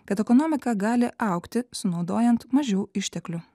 kad ekonomika gali augti sunaudojant mažiau išteklių